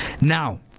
Now